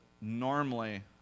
normally